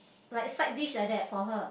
like side dish like that for her